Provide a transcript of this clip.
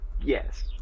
yes